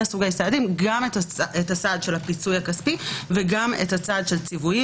סוגי סעדים: גם את הסעד של הפיצוי הכספי וגם את הסעד של ציווים.